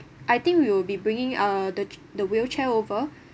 I think we'll be bringing a the the wheelchair over